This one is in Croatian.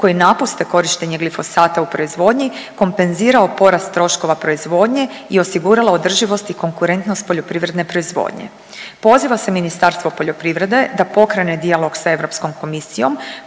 koji napuste korištenje glifosata u proizvodnji kompenzirao porast troškova proizvodnje i osigurala održivost i konkurentnost poljoprivredne proizvodnje. Poziva se Ministarstvo poljoprivrede da pokrene dijalog sa Europskom komisijom